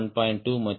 2 மற்றும் 0